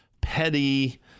petty